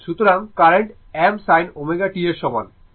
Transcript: সুতরাং current m sin ω t এর সমান